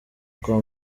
kwa